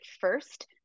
first